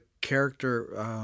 character